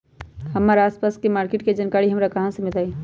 हमर आसपास के मार्किट के जानकारी हमरा कहाँ से मिताई?